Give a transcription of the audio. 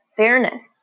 Fairness